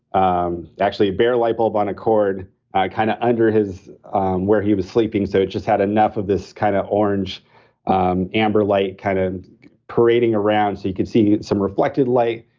um actually, bear light bulb on a cord kind of under where he was sleeping. so, it just had enough of this kind of orange um amber light kind of parading around so you could see some reflected light.